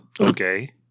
Okay